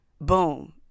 Boom